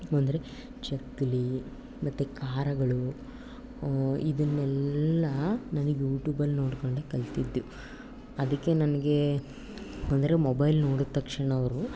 ಅಂದರೆ ಚಕ್ಕಲಿ ಮತ್ತೆ ಖಾರಗಳು ಇದನ್ನೆಲ್ಲ ನನಗೆ ಯೂಟ್ಯೂಬಲ್ಲಿ ನೋಡಿಕೊಂಡೆ ಕಲಿತದ್ದು ಅದಕ್ಕೆ ನನಗೆ ಅಂದರೆ ಮೊಬೈಲ್ ನೋಡಿದ ತಕ್ಷಣ ಅವರು